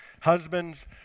Husbands